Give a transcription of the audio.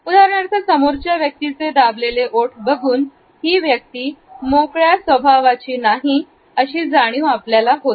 उदाहरणार्थ समोरच्या व्यक्तीचे दाबलेले ओठ बघून ही व्यक्ती मोकळ्या स्वभावाची नाही अशी जाणीव आपल्याला होते